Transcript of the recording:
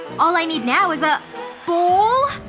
all i need now is a bowl?